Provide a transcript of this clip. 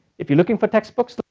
if you're looking for textbooks though,